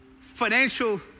financial